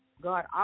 god